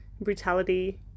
brutality